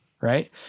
right